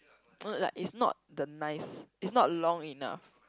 no no like it's not the nice it's not long enough